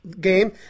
Game